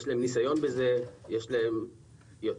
יש להם ניסיון בזה, יש להן יותר